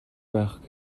байх